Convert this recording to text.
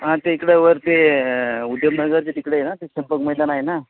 हां ते इकडं वर ते उद्योगनगरच्या तिकडे ना ते चंपक मैदान आहे ना